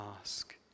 ask